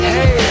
Hey